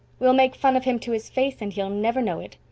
we'll make fun of him to his face and he'll never know it.